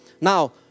Now